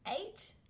Eight